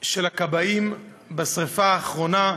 של הכבאים בשרפה האחרונה,